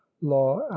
law